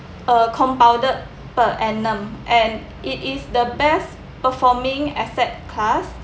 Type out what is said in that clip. a compounded per annum and it is the best performing asset class